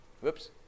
Whoops